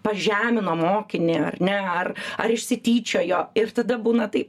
pažemino mokinį ne ar ar išsityčiojo ir tada būna taip